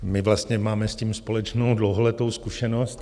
My vlastně máme s tím společnou dlouholetou zkušenost.